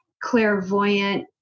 clairvoyant